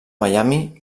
miami